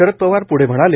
शरद पवार प्ढ म्हणाले